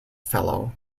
fellow